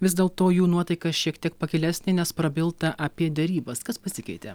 vis dėl to jų nuotaika šiek tiek pakilesnė nes prabilta apie derybas kas pasikeitė